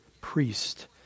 priest